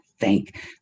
thank